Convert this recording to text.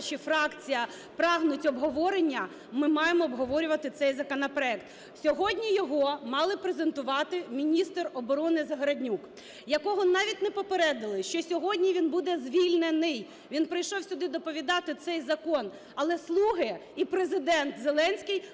група чи фракція прагнуть обговорення, ми маємо обговорювати цей законопроект. Сьогодні його мали презентувати міністр оборони Загороднюк, якого навіть не попередили, що сьогодні він буде звільнений. Він прийшов сюди доповідати цей закон. Але "слуги" і Президент Зеленський